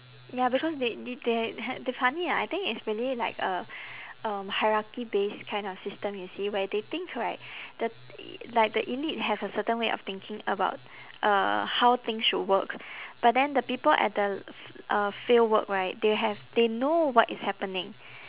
ya because they did they had the ah I think it's really like a um hierarchy based kind of system you see where they think right the e~ like the elite have a certain way of thinking about uh how things should work but then the people at the uh fieldwork right they have they know what is happening